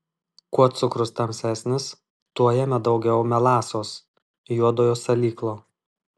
kuo cukrus tamsesnis tuo jame daugiau melasos juodojo salyklo